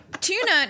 tuna